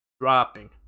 Dropping